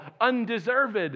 undeserved